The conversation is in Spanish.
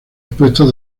expuestas